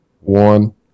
one